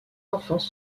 enfants